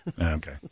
Okay